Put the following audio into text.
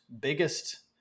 biggest